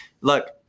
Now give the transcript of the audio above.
Look